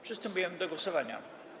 Przystępujemy do głosowania.